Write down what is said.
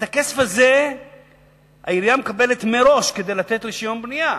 את הכסף הזה העירייה מקבלת מראש כדי לתת רשיון בנייה,